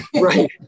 right